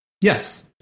yes